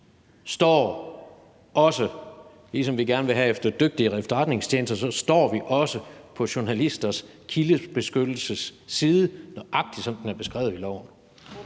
altså også på journalisters kildebeskyttelses side, nøjagtig som den er beskrevet i loven.